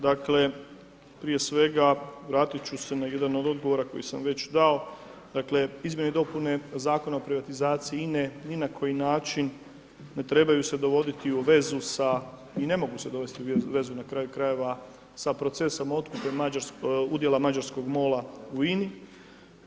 Dakle, prije svega, vratit ću se na jedan od odgovora koje sam već dao, dakle, izmjene i dopune Zakona o privatizaciji INA-e ni na koji način ne trebaju se dovoditi u vezu sa, i ne mogu se dovesti u vezu na kraju krajeva, sa procesom otkupa udjela mađarskog dijela u INA-i.